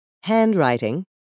handwriting